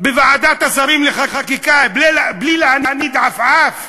בוועדת השרים לחקיקה בלי להניד עפעף?